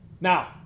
Now